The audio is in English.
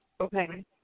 Okay